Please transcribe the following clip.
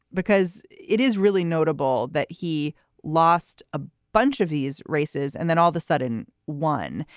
because it is really notable that he lost a bunch of these races and then all the sudden won.